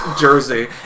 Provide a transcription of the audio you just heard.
jersey